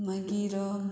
मागीर